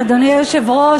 אדוני היושב-ראש,